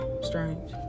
strange